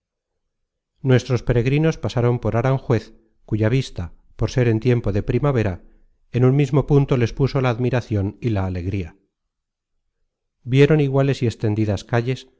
nuestros peregrinos pasaron por aranjuez cuya vista por ser en tiempo de primavera en un mismo punto les puso la admiracion y la alegría vieron iguales y extendidas calles